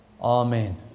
Amen